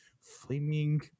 flaming